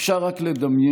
אפשר רק לדמיין